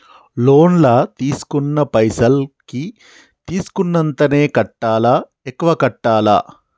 Loan లా తీస్కున్న పైసల్ కి తీస్కున్నంతనే కట్టాలా? ఎక్కువ కట్టాలా?